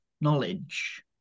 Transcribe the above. knowledge